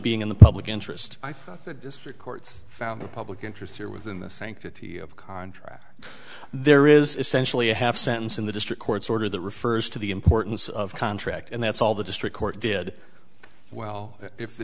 being in the public interest i found the district courts found a public interest here within the sanctity of contract there is essentially a half sentence in the district court's order that refers to the importance of contract and that's all the district court did well if the